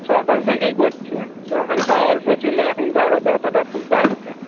সকাল থেকেই করছে সকালে তাও অল্প ছিলো এখন তো আরও ব্যথাটা খুব বাড়ছে